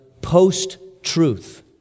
post-truth